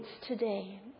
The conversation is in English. today